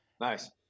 Nice